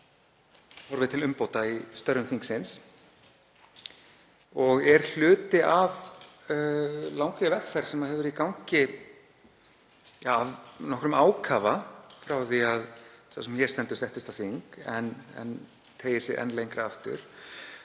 sem horfir til umbóta í störfum þingsins og er hluti af langri vegferð sem hefur verið í gangi af nokkrum ákafa frá því að sá sem hér stendur settist á þing en teygir sig enn lengra aftur